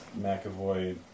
McAvoy